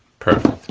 perfect.